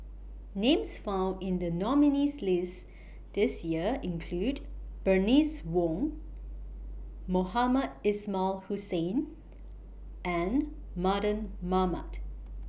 Names found in The nominees' list This Year include Bernice Wong Mohamed Ismail Hussain and Mardan Mamat